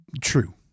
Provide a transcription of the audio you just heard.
True